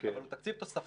אבל הוא תקציב תוספתי,